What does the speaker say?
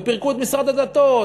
ופירקו את משרד הדתות,